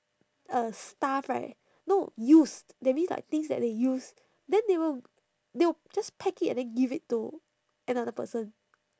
uh stuff right no used that means like things that they used then they will they will just pack it and then give it to another person